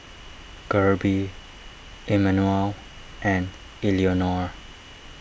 Kirby Immanuel and Eleonore